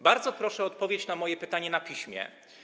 Bardzo proszę o odpowiedź na moje pytanie na piśmie.